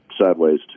sideways